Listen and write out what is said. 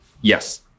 Yes